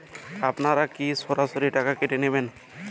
আপনারা কি সরাসরি টাকা কেটে নেবেন?